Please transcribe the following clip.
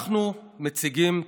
אנחנו מציגים תקווה,